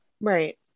right